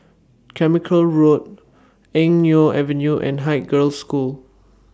Carmichael Road Eng Neo Avenue and Haig Girls' School